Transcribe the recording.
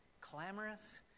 Clamorous